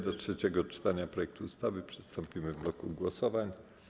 Do trzeciego czytania projektu ustawy przystąpimy w bloku głosowań.